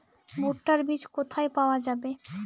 ভুট্টার বিজ কোথায় পাওয়া যাবে?